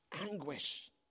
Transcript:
Anguish